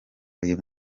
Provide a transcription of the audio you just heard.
uyu